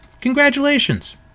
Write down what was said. Congratulations